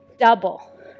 Double